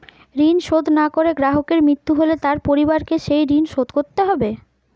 ঋণ শোধ না করে গ্রাহকের মৃত্যু হলে তার পরিবারকে সেই ঋণ শোধ করতে হবে?